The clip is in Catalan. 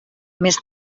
més